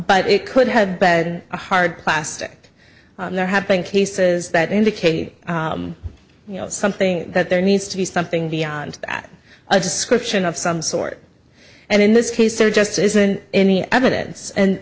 but it could have bed a hard plastic there have been cases that indicate you know something that there needs to be something beyond that a description of some sort and in this case there just isn't any evidence and